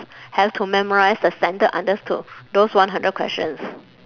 have to memorise the standard answers to those one hundred questions